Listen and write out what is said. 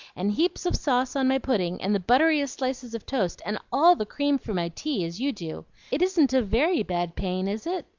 and heaps of sauce on my pudding, and the butteryest slices of toast, and all the cream for my tea, as you do. it isn't a very bad pain, is it?